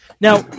Now